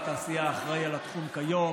שאחראי לעניין היום,